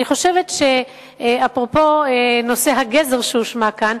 אני חושבת שאפרופו נושא הגזר שהושמע כאן,